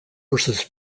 versus